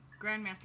Grandmaster